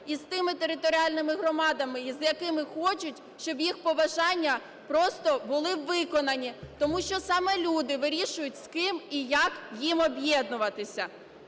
і з тими територіальними громадами, з якими хочуть, щоб їх побажання просто були виконані. Тому що саме люди вирішують, з ким і як їм об'єднуватися.